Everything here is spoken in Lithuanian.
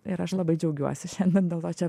ir aš labai džiaugiuosi šiandien dėl to čia